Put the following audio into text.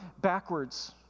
backwards